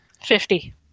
Fifty